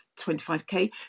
25k